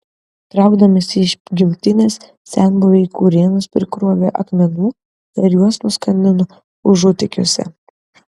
traukdamiesi iš gimtinės senbuviai į kurėnus prikrovė akmenų ir juos nuskandino užutėkiuose